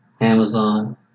Amazon